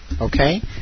Okay